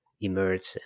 emerge